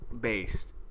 based